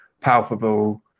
palpable